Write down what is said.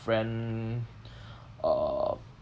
friend uh